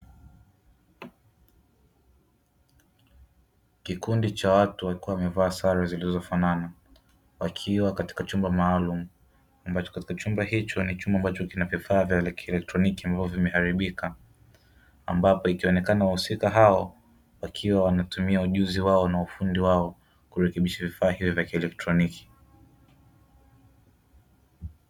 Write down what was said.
Kikundi cha watu wakiwa wamevaa sare zinazofanana, wakiwa katika chumba maalumu ambacho katika chumba hicho, ni chumba ambacho kina vifaa vya kieletroniki ambavyo vimeharibika, ambapo ikionekana wahusika hao wakiwa wanatumia ujuzi wao na ufundi wao kurekebisha vifaa hivyo vya kieletroniki.